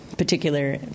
Particular